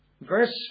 Verse